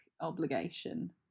obligation